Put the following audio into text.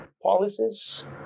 policies